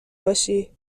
باشی